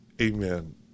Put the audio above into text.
Amen